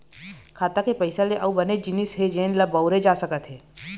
खाता के पइसा ले अउ बनेच जिनिस हे जेन ल बउरे जा सकत हे